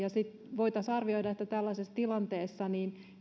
voitaisiin arvioida että tällaisessa tilanteessa